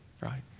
right